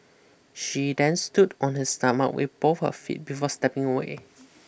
she then stood on his stomach with both of her feet before stepping away